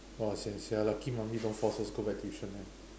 !wah! as in ya lucky mummy don't force us go back tuition eh